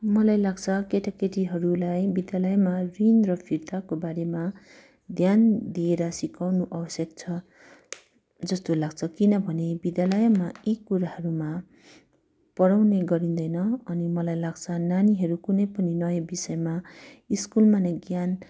मलाई लाग्छ केटाकेटीहरूलाई विद्यालयमा ऋण र फिर्ताको बारेमा ध्यान दिएर सिकाउनु आवश्यक छ जस्तो लाग्छ किनभने विद्यालयमा यी कुराहरूमा पढाउने गरिँदैन अनि मलाई लाग्छ नानीहरू कुनै पनि नयाँ विषयमा स्कुलमा नै ज्ञान